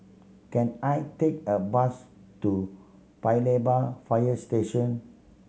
can I take a bus to Paya Lebar Fire Station